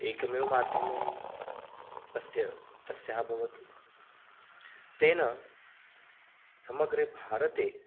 एकमेव माध्यमं तस्य तस्याः भवतु तेन समग्रे भारते